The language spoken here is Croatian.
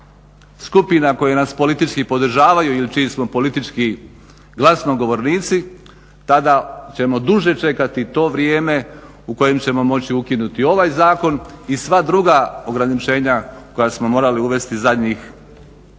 skupina koje nas politički podržavaju ili čiji smo politički glasnogovornici tada ćemo duže čekati to vrijeme u kojem ćemo moći ukinuti ovaj zakon i sva druga ograničenja koja smo morali uvesti zadnjih